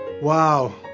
Wow